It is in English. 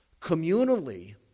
Communally